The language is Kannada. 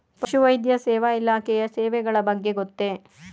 ಪಶುವೈದ್ಯ ಸೇವಾ ಇಲಾಖೆಯ ಸೇವೆಗಳ ಬಗ್ಗೆ ಗೊತ್ತೇ?